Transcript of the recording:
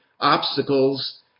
obstacles